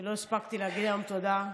לא הספקתי להגיד היום תודה,